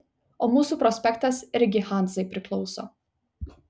o mūsų prospektas irgi hanzai priklauso